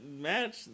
match